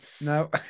No